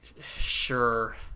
Sure